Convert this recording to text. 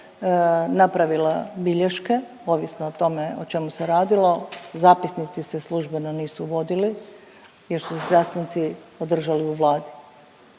napravila bilješke, ovisno o tome o čemu se radilo, zapisnici se službeno nisu vodili jer su se sastanci održali u Vladi.